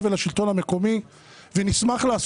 פשוט התקציב לאותם מתווכי תקשורת שאמורים להנגיש לה